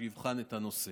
שיבחן את הנושא.